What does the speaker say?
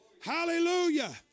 Hallelujah